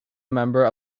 member